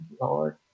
Lord